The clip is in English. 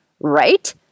right